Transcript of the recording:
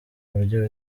buryo